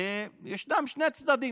ישנם שני צדדים.